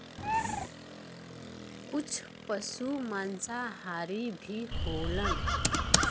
कुछ पसु मांसाहारी भी होलन